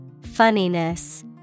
Funniness